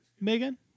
Megan